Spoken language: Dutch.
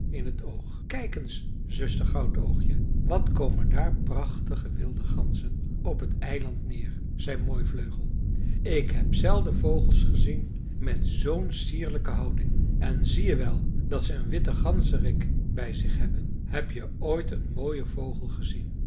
in het oog kijk eens zuster goudoogje wat komen daar prachtige wilde ganzen op het eiland neer zei mooivleugel ik heb zelden vogels gezien met zoo'n sierlijke houding en zie je wel dat ze een witten ganzerik bij zich hebben heb je ooit een mooier vogel gezien